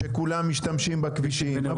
שכולם משתמשים בכבישים,